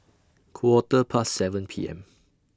Quarter Past seven P M